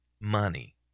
money